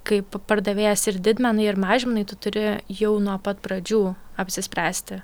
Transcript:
kaip pardavėjas ir didmenai ir mažmenai tu turi jau nuo pat pradžių apsispręsti